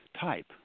type